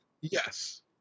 Yes